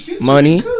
Money